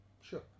Sure